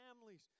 families